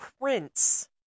Prince